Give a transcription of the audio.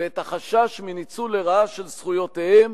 ואת החשש מניצול לרעה של זכויותיהם,